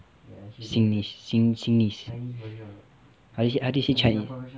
singlish singlish how do you say chinese